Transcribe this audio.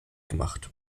gemacht